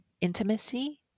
intimacy